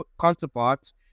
counterparts